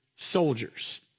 Soldiers